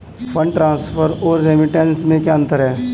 Fund transfer और remittance में क्या अंतर है?